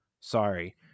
Sorry